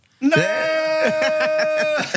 no